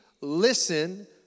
listen